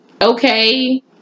okay